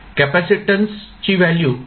कॅपेसिटन्सची व्हॅल्यू 0